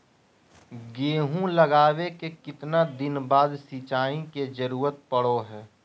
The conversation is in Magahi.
गेहूं लगावे के कितना दिन बाद सिंचाई के जरूरत पड़ो है?